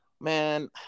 Man